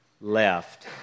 left